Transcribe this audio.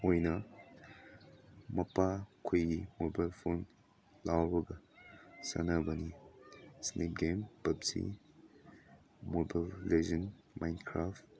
ꯑꯣꯏꯅ ꯃꯄꯥꯈꯣꯏꯒꯤ ꯑꯣꯏꯕ ꯐꯣꯟ ꯂꯧꯔꯒ ꯁꯥꯟꯅꯕꯅꯤ ꯏꯁꯅꯦꯛ ꯒꯦꯝ ꯄꯞꯖꯤ ꯃꯣꯕꯥꯏꯜ ꯂꯤꯖꯦꯟ ꯃꯥꯏꯟ ꯀ꯭ꯔꯥꯐ